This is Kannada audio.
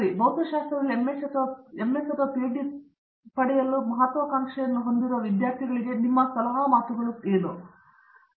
ಆದ್ದರಿಂದ ಭೌತಶಾಸ್ತ್ರದಲ್ಲಿ ಎಂಎಸ್ ಅಥವಾ ಪಿಎಚ್ಡಿ ಪದವಿ ಮಾಡಲು ಮಹತ್ವಾಕಾಂಕ್ಷೆಯನ್ನು ಹೊಂದಿದ ಯಾರಿಗಾದರೂ ಸಲಹೆ ನೀಡುವುದು ನಿಮ್ಮ ಮಾತುಗಳಲ್ಲಿ ಏನೆಂದು ತಿಳಿಯಬಹುದು